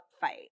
fight